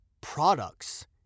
products